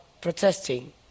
protesting